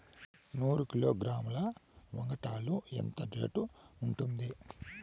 నూరు కిలోగ్రాముల వంగడాలు ఎంత రేటు ఉంటుంది?